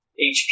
HP